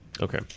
Okay